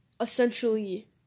essentially